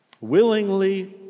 willingly